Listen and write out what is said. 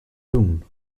doen